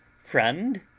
friend,